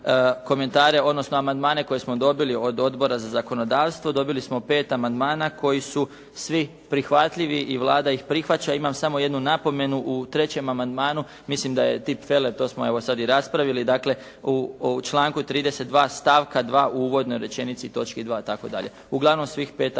komentare odnosno amandmane koje smo dobili od Odbora za zakonodavstvo. Dobili smo pet amandmana koji su svi prihvatljivi i Vlada ih prihvaća. Imam samo jednu napomenu. U 3. amandmanu mislim da je tipfeler, to smo evo sada i raspravili. Dakle, u članku 32. stavka 2. u uvodnoj rečenici točki 2. itd. Uglavnom, svih pet amandmana